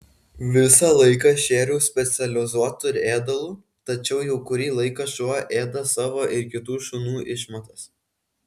visą laiką šėriau specializuotu ėdalu tačiau jau kurį laiką šuo ėda savo ir kitų šunų išmatas